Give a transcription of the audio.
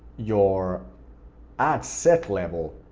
your ad set level.